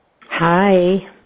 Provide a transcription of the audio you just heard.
Hi